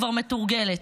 כבר מתורגלת.